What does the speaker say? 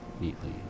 neatly